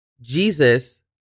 Jesus